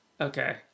Okay